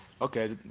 okay